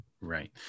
Right